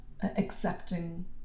accepting